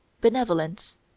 benevolence